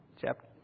chapter